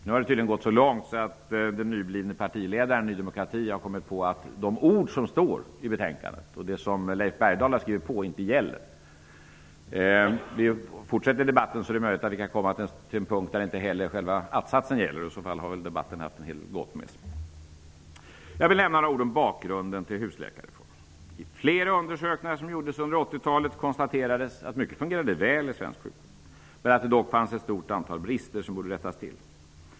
Nu har det tydligen gått så långt att Ny demokratis nyblivna partiledare har kommit på att de ord som står i betänkandet -- som Leif Bergdahl har skrivit under -- inte gäller. Om debatten fortsätter är det möjligt att vi kan komma till en punkt då inte heller själva att-satsen gäller. I så fall har debatten haft en del gott med sig. Jag vill nämna några ord om bakgrunden till husläkarreformen. I flera undersökningar som gjordes under 1980-talet konstaterades det att mycket fungerade väl i svensk sjukvård. Det fanns dock ett stort antal brister som borde rättas till.